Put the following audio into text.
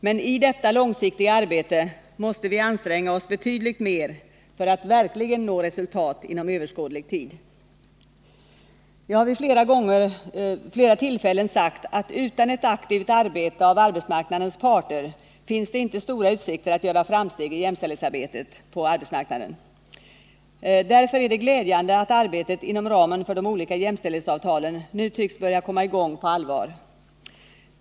Men i detta långsiktiga arbete måste vi anstränga oss betydligt mer för att verkligen nå resultat inom överskådlig tid. Jag har vid flera tillfällen sagt att utan ett aktivt arbete av arbetsmarknadens parter finns det inte stora utsikter att göra framsteg i jämställdhetsarbetet. Därför är det glädjande att arbetet inom ramen för de olika jämställdhetsavtalen nu tycks börja komma i gång på allvar.